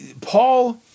Paul